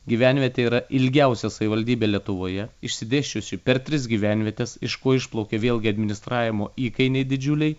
gyvenvietė yra ilgiausia savivaldybė lietuvoje išsidėsčiusių per tris gyvenvietes iš ko išplaukia vėlgi administravimo įkainiai didžiuliai